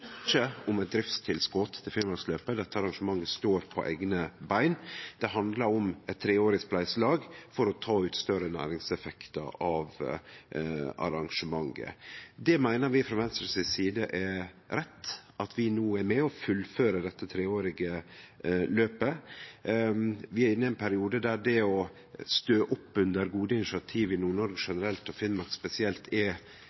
om eit driftstilskot til Finnmarksløpet, for dette arrangementet står på eigne bein, men det handlar om eit treårig spleiselag for å ta ut større næringseffektar av arrangementet. Vi frå Venstre meiner det er rett at vi no er med og fullfører dette treårige løpet. Vi er inne i ein periode der det å stø opp under gode initiativ i Nord-Noreg generelt og Finnmark spesielt er